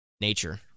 nature